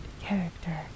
character